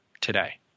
today